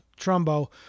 Trumbo